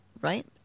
right